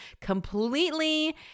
completely